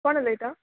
कोण उलयता